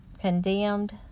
condemned